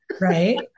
right